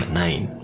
nine